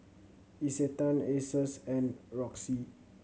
Isetan Asus and Roxy